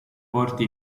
porti